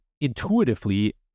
intuitively